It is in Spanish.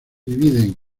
dividen